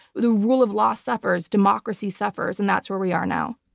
the rule of law suffers. democracy suffers. and that's where we are now.